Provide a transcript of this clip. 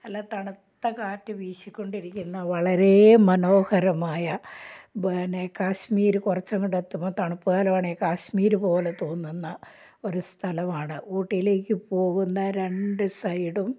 നല്ല തണുത്ത കാറ്റ് വീശിക്കൊണ്ടിരിക്കുന്ന വളരെ മനോഹരമായ പിന്നെ കാശ്മീർ കുറച്ച് അങ്ങോട്ട് എത്തുമ്പോൾ തണുപ്പ് കാലമാണ് കാശ്മീർ പോലെ തോന്നുന്ന ഒരു സ്ഥലമാണ് ഊട്ടിയിലേക്ക് പോകുന്ന രണ്ടു സൈഡും